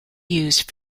used